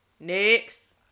Next